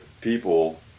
people